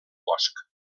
bosc